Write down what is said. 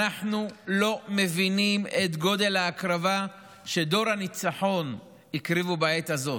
אנחנו לא מבינים את גודל ההקרבה שדור הניצחון הקריב בעת הזו